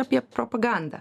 apie propagandą